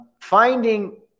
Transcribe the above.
Finding